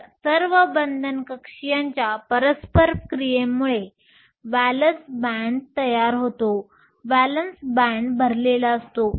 तर सर्व बंधन काक्षीयांच्या परस्पर क्रियेमुळे व्हॅलेन्स बॅण्ड तयार होतो व्हॅलेन्स बॅण्ड भरलेला असतो